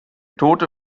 tote